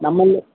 ನಮ್ಮಲ್ಲಿ